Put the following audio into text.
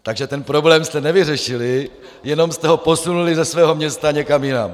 Takže ten problém jste nevyřešili, jenom jste ho posunuli ze svého města někam jinam.